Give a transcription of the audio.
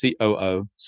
COO